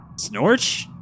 Snorch